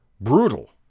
brutal